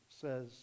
says